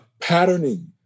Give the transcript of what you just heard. patterning